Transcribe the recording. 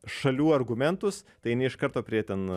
šalių argumentus tai eini iš karto prie ten